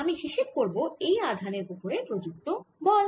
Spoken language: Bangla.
আমি হিসেব করব এই আধানের ওপরে প্রযুক্ত বল